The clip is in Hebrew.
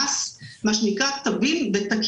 תודה.